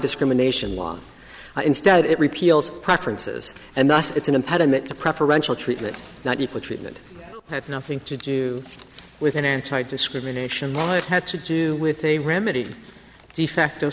discrimination law instead it repeals preferences and thus it's an impediment to preferential treatment not equal treatment had nothing to do with an anti discrimination law it had to do with a remedy de facto